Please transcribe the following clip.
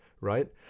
Right